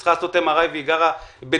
שצריכה לעשות MRI והיא גרה בדימונה?